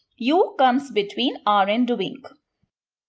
you comes between are and doing.